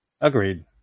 Agreed